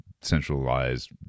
centralized